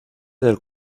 del